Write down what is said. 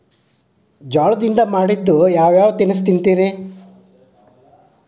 ಜೋಳದಿಂದ ಮಾಡಿದ ಯಾವ್ ಯಾವ್ ತಿನಸು ತಿಂತಿರಿ?